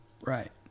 Right